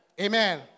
Amen